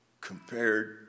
compared